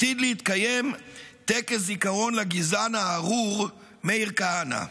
עתיד להתקיים טקס זיכרון לגזען הארור מאיר כהנא,